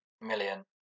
million